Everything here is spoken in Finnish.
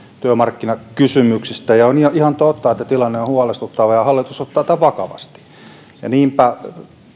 työmarkkinakysymyksistä on ihan totta että tilanne on huolestuttava ja hallitus ottaa tämän vakavasti niinpä